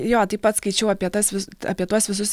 jo taip pat skaičiau apie tas vis apie tuos visus